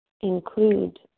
include